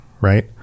right